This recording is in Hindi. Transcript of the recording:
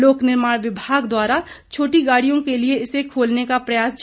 लोक निर्माण विभाग द्वारा छोटी गाड़ियों के लिए इसे खोलने का प्रयास जारी है